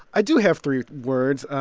i do have three words.